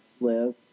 live